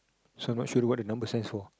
so I'm not sure what the number stands for